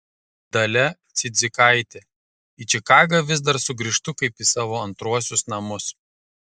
dalia cidzikaitė į čikagą vis dar sugrįžtu kaip į savo antruosius namus